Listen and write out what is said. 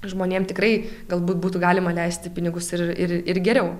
žmonėm tikrai galbūt būtų galima leisti pinigus ir ir ir geriau